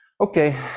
Okay